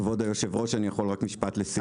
כבוד היושב-ראש, אני יכול עוד משפט לסיום?